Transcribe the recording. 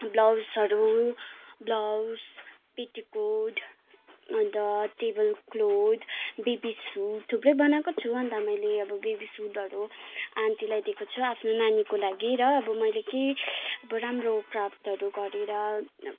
ब्लाउजहरू blouse petticoat अन्त table cloth baby suit थुप्रै बनाएको छु अन्त मैले अब बेबी सुटहरू आन्टीलाई दिएको छु आफ्नो नानीको लागि र अब मैले केही अब राम्रो कार्फ्टहरू गरेर